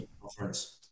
Conference